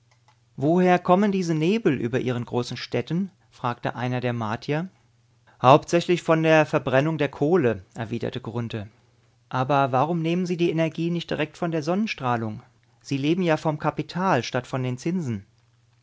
woher kommen diese nebel über ihren großen städten fragte einer der martier hauptsächlich von der verbrennung der kohle erwiderte grunthe aber warum nehmen sie die energie nicht direkt von der sonnenstrahlung sie leben ja vom kapital statt von den zinsen